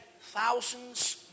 thousands